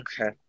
Okay